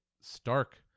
stark